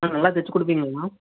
அண்ணா நல்லா தச்சு கொடுப்பிங்களாண்ணா